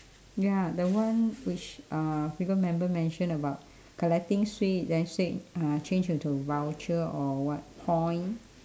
ya the one which uh people member mention about collecting sweet then said uh change into voucher or what point